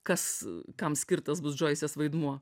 kas kam skirtas bus džoisės vaidmuo